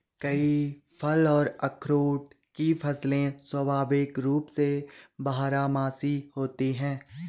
कई फल और अखरोट की फसलें स्वाभाविक रूप से बारहमासी होती हैं